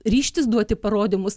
ryžtis duoti parodymus